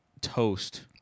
toast